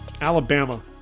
Alabama